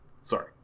Sorry